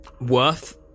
worth